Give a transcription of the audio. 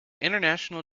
international